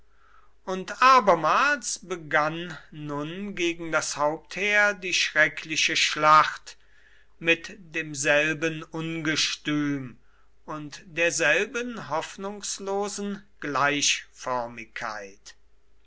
und abermals begann nun gegen das hauptheer die schreckliche schlacht mit demselben ungestüm und derselben hoffnungslosen gleichförmigkeit